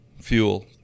fuel